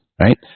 right